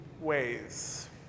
ways